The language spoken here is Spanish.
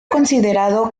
considerado